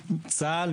צה"ל,